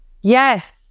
yes